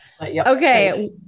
Okay